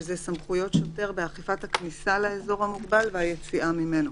שזה סמכויות שוטר באכיפת הכניסה לאזור המוגבל והיציאה ממנו.